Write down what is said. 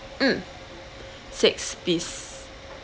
mm six piece